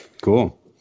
Cool